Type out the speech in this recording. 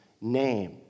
name